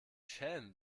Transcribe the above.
schelm